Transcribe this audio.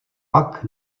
pak